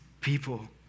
people